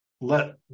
let